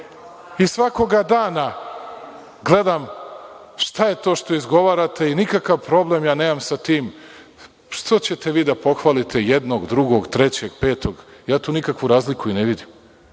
pridike. Svakog dana gledam šta je to što izgovarate. Nikakav problem ja nemam sa ti što ćete vi da pohvalite jednog, drugog, trećeg, petog. Ja tu nikakvu razliku i ne vidim